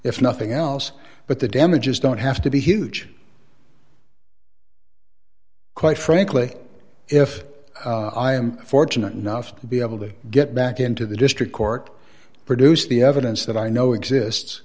if nothing else but the damages don't have to be huge quite frankly if i am fortunate enough to be able to get back into the district court produce the evidence that i know exists